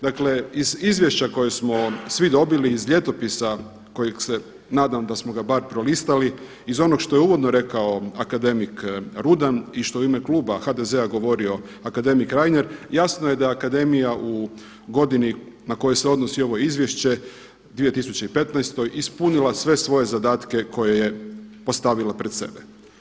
Dakle, iz izvješća koje smo svi dobili iz Ljetopisa kojeg se nadam da smo ga bar prolistali, iz onog što je uvodno rekao akademik Rudan i što je u ime kluba HDZ-a govorio akademik Reiner jasno je da akademija u godini na koje se odnosi ovo izvješće 2015. ispunila sve svoje zadatke koje je postavila pred sebe.